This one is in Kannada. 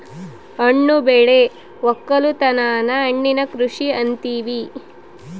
ಹಣ್ಣು ಬೆಳೆ ವಕ್ಕಲುತನನ ಹಣ್ಣಿನ ಕೃಷಿ ಅಂತಿವಿ